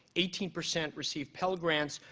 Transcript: eighteen percent receive pell grants.